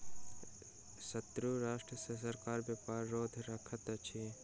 शत्रु राष्ट्र सॅ सरकार व्यापार रोध रखैत अछि